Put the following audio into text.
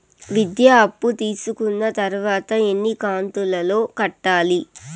విద్య అప్పు తీసుకున్న తర్వాత ఎన్ని కంతుల లో కట్టాలి?